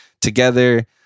together